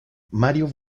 mario